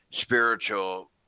spiritual